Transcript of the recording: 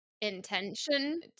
intention